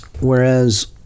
Whereas